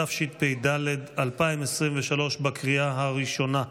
התשפ"ד 2023, לקריאה הראשונה.